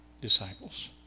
disciples